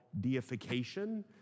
deification